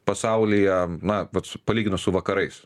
pasaulyje na vats palyginus su vakarais